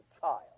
child